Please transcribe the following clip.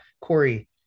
Corey